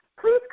Please